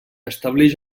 establix